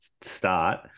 start